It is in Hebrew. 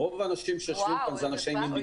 וואו, איזה לחץ.